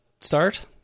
start